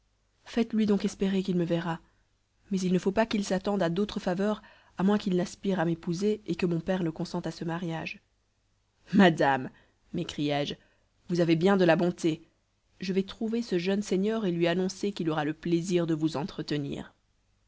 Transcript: faites-lui donc espérer qu'il me verra mais il ne faut pas qu'il s'attende à d'autres faveurs à moins qu'il n'aspire à m'épouser et que mon père ne consente à ce mariage madame m'écriai-je vous avez bien de la bonté je vais trouver ce jeune seigneur et lui annoncer qu'il aura le plaisir de vous entretenir